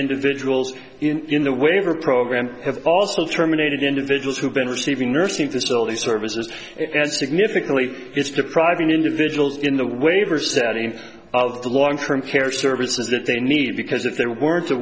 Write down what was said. individuals in the waiver program have also terminated individuals who've been receiving nursing facility services and significantly it's depriving individuals in the waivers that end of the long term care services that they need because if there weren't a